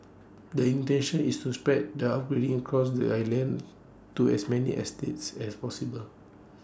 the intention is so spread the upgrading across the island to as many estates as possible